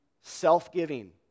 self-giving